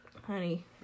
honey